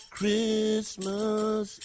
Christmas